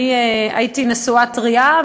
אני הייתי נשואה טרייה,